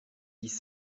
dix